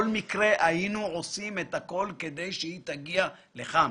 היינו עושים את הכל כדי שכלל תגיע לכאן.